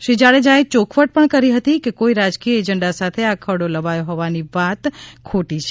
શ્રી જાડેજા એ ચોખવટ પણ કરી હતી કે કોઈ રાજકીય એજન્ડા સાથે આ ખરડો લવાયો હોવાની વાત ખોટી છે